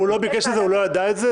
הוא לא ביקש את זה, הוא לא ידע את זה.